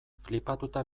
flipatuta